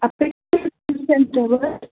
सेंटरवर